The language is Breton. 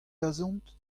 dazont